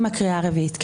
עם הקריאה הרביעית.